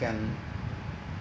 can